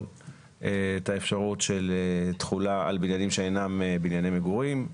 את האפשרות של תחולה על בניינים שאינם בנייני מגורים.